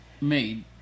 made